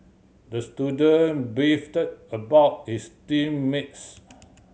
the student beefed about his team mates